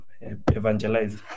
evangelize